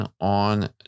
on